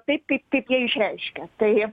taip kaip jie išreiškia tai